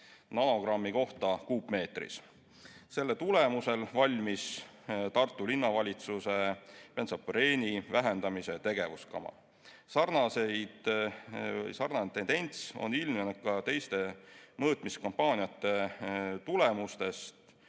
nanogrammi kohta kuupmeetris. Selle tulemusel valmis Tartu Linnavalitsusel bensopüreeni vähendamise tegevuskava. Sarnane tendents on ilmnenud ka teiste mõõtmiskampaaniate tulemustes